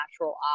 natural